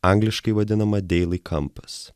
angliškai vadinama deilaikampas